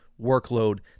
workload